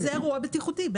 זה אירוע בטיחותי.